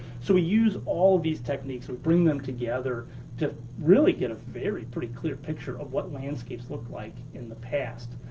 so we use all of these techniques, we bring them together to really get a very, pretty clear picture of what landscapes looked like in the past.